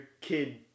kid